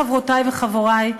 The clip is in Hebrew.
חברותי וחברי,